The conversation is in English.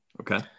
Okay